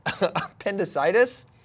appendicitis